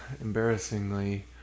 embarrassingly